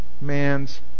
man's